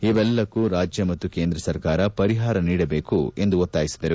ಇವೆಲ್ಲದಕ್ಕೂ ರಾಜ್ಯ ಮತ್ತು ಕೇಂದ್ರ ಸರ್ಕಾರ ಪರಿಹಾರ ನೀಡಬೇಕು ಎಂದು ಒತ್ತಾಯಿಸಿದರು